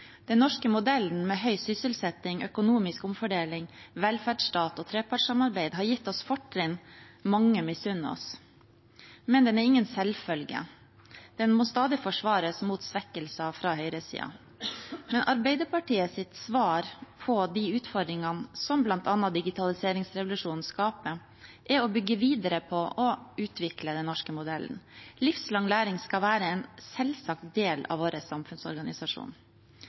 Den norske modellen, med høy sysselsetting, økonomisk omfordeling, velferdsstat og trepartssamarbeid, har gitt oss fortrinn mange misunner oss. Men den er ingen selvfølge. Den må stadig forsvares mot svekkelser fra høyresiden. Arbeiderpartiets svar på de utfordringene som bl.a. digitaliseringsrevolusjonen skaper, er å bygge videre på og utvikle den norske modellen. Livslang læring skal være en selvsagt del av vår samfunnsorganisasjon.